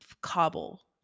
cobble